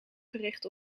verricht